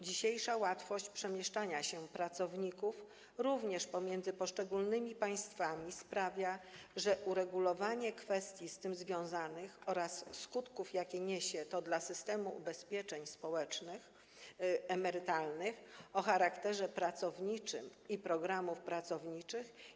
Dzisiejsza łatwość przemieszczania się pracowników, również pomiędzy poszczególnymi państwami, sprawia, że bardzo ważne jest uregulowanie kwestii z tym związanych oraz skutków, jakie niesie to dla systemu ubezpieczeń społecznych i emerytalnych o charakterze pracowniczym i dla programów pracowniczych.